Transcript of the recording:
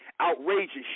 Outrageous